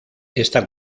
está